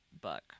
book